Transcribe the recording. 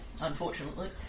unfortunately